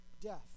death